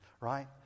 right